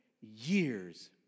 years